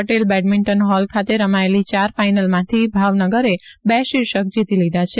Patel badminton hall ખાતે રમાયેલી યાર ફાઇનલમાંથી ભાવનગરે બે શિર્ષક જીતી લીધા છે